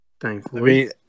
thankfully